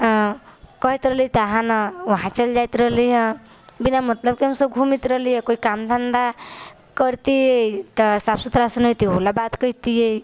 आओर कहैत रहै जहाँ नहि वहाँ चलि जाइत रहिए बिना मतलबके हमसब घुमैत रहलिए कोइ काम धन्धा करतिए तऽ साफ सुथरासँ नहि होइते ओहोलए बात कहतिए